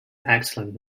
excellent